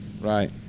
Right